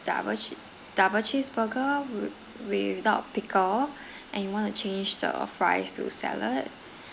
double che~ double cheese burger wit~ without pickle and you want to change the fries to salad